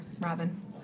Robin